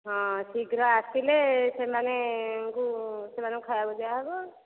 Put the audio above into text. ହଁ ଶୀଘ୍ର ଆସିଲେ ସେମାନେ ସେମାନଙ୍କୁ ଖାଇବାକୁ ଦିଆହେବ